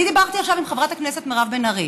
אני דיברתי עכשיו עם חברת הכנסת מירב בן ארי